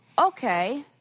okay